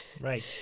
Right